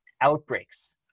outbreaks